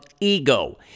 ego